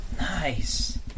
Nice